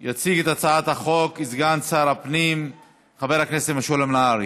יציג את הצעת החוק סגן שר הפנים חבר הכנסת משולם נהרי,